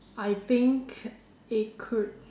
I think it could